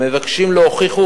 המבקשים לא הוכיחו,